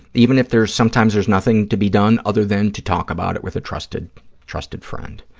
even if there's, sometimes there's nothing to be done other than to talk about it with a trusted trusted friend.